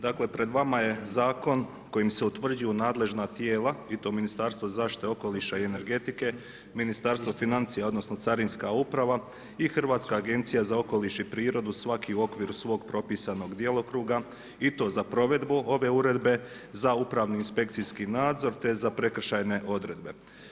Dakle, pred vama je zakon kojim se utvrđuje nadležna tijela i to Ministarstvo zaštite okoliša i energetike, Ministarstvo financija, odnosno carinska uprav i Hrvatska agencija za okoliš i prirodu, svaki u okviru svog propisanog djelokruga i to za provedbu ove uredbe, za upravni inspekcijski nadzor, te za prekršajne odredbe.